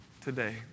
today